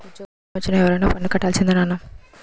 ఉజ్జోగమొచ్చిన ఎవరైనా పన్ను కట్టాల్సిందే నాన్నా